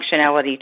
Functionality